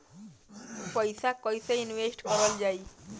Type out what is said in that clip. पैसा कईसे इनवेस्ट करल जाई?